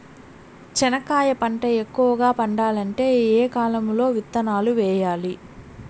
చెనక్కాయ పంట ఎక్కువగా పండాలంటే ఏ కాలము లో విత్తనాలు వేయాలి?